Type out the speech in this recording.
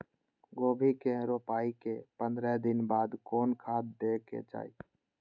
गोभी के रोपाई के पंद्रह दिन बाद कोन खाद दे के चाही?